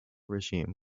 regime